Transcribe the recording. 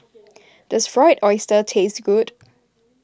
does Fried Oyster taste good